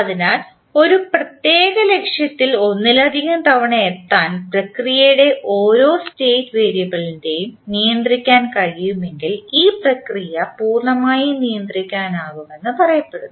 അതിനാൽ ഒരു പ്രത്യേക ലക്ഷ്യത്തിൽ ഒന്നിലധികം തവണ എത്താൻ പ്രക്രിയയുടെ ഓരോ സ്റ്റേറ്റ് വേരിയബിളിനെയും നിയന്ത്രിക്കാൻ കഴിയുമെങ്കിൽ ഈ പ്രക്രിയ പൂർണ്ണമായും നിയന്ത്രിക്കാനാകുമെന്ന് പറയപ്പെടുന്നു